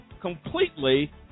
completely